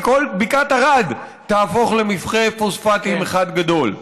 כי כל בקעת ערד תהפוך למכרה פוספטים אחד גדול.